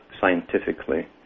scientifically